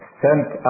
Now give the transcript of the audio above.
sent